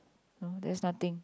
no there's nothing